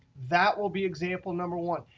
that will be example number one.